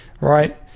right